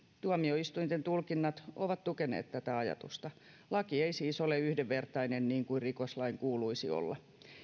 tuomioistuinten tulkinnat ovat tukeneet tätä ajatusta laki ei siis ole yhdenvertainen niin kuin rikoslain kuuluisi olla